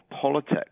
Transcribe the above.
politics